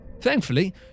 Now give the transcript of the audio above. Thankfully